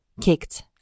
kicked